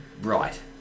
Right